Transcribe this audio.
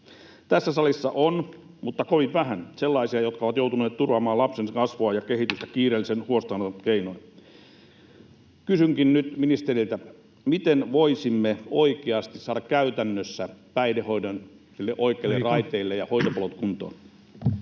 Tässä salissa on, mutta kovin vähän, sellaisia, jotka ovat joutuneet turvaamaan lapsen kasvua ja kehitystä kiireellisen huostaanoton keinoin. Kysynkin nyt ministeriltä: miten voisimme oikeasti saada käytännössä päihdehoidon niille oikeille raiteille